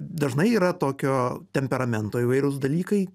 dažnai yra tokio temperamento įvairūs dalykai